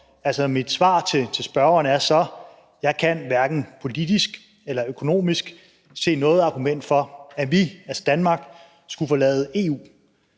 i, og mit svar til spørgeren er så: Jeg kan hverken politisk eller økonomisk se noget argument for, at vi, altså Danmark, skulle forlade EU.